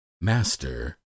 Master